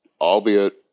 albeit